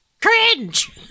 Cringe